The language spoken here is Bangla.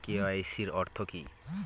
কে.ওয়াই.সি অর্থ কি?